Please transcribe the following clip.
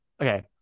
Okay